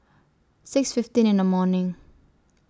six fifteen in The morning